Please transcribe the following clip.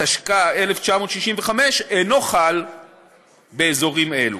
התשכ"ה 1965, אינו חל באזורים אלה.